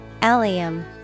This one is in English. Allium